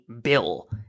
bill